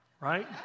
right